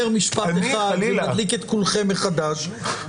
אומר משפט אחד ומדליק את כולכם מחדש,